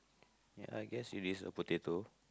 ya I guess it is a potato